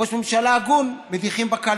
ראש ממשלה הגון מדיחים בקלפי.